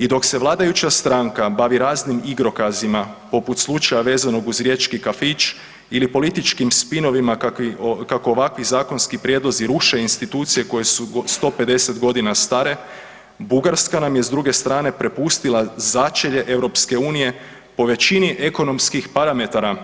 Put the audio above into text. I dok se vladajuća stranka bavi raznim igrokazima poput slučaja vezanog uz riječki kafić ili političkim spinovima kako ovakvi zakonski prijedlozi ruše institucije koje su 150 godina stare Bugarska nam je s druge strane prepustila začelje EU po većini ekonomskih parametara